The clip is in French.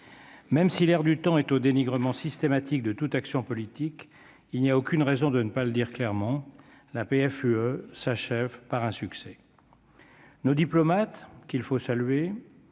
même si l'air du temps est au dénigrement systématique de toute action politique, il n'y a aucune raison de ne pas le dire clairement, la PFUE s'achève par un succès. Nos diplomates qu'il faut saluer